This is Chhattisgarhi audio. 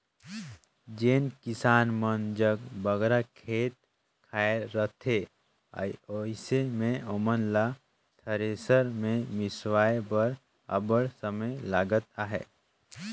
जेन किसान मन जग बगरा खेत खाएर रहथे अइसे मे ओमन ल थेरेसर मे मिसवाए बर अब्बड़ समे लगत अहे